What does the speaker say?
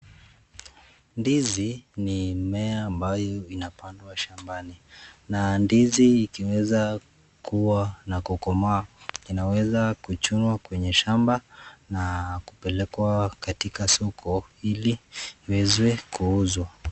Ndizi ni mmea ambayo inapandwa shambani, na ndizi ikiweza kuwa na kukomaa, inaweza kuchunwa kwenye shamba, na kupelekwa karika soko, ili iweze kuuzwa.